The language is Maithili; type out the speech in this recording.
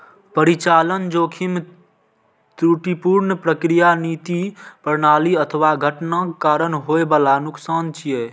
परिचालन जोखिम त्रुटिपूर्ण प्रक्रिया, नीति, प्रणाली अथवा घटनाक कारण होइ बला नुकसान छियै